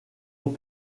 aux